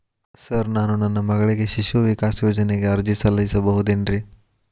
Sir ನಾನು ನನ್ನ ಮಗಳಿಗೆ ಶಿಶು ವಿಕಾಸ್ ಯೋಜನೆಗೆ ಅರ್ಜಿ ಸಲ್ಲಿಸಬಹುದೇನ್ರಿ?